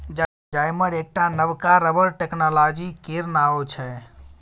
जाइमर एकटा नबका रबर टेक्नोलॉजी केर नाओ छै